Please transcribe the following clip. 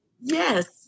Yes